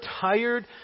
tired